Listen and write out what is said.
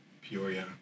Peoria